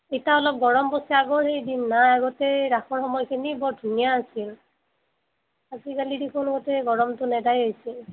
ইতা অলপ গৰম পৰ্চি আগৰ সেই দিন নাই আগতে ৰাসৰ সময়খিনি বৰ ধুনীয়া আছিল আজিকালি দেখোন গোটেই গৰমটো নেদাই হৈছে